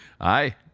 Aye